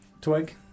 Twig